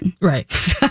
Right